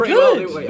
good